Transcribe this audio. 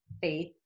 faith